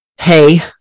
hey